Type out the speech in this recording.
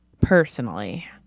Personally